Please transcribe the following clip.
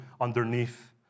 underneath